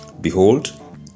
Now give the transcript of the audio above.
Behold